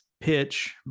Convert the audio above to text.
pitch